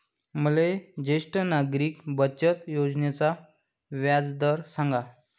मले ज्येष्ठ नागरिक बचत योजनेचा व्याजदर सांगा